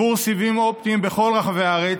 בחיבור סיבים אופטיים בכל רחבי הארץ,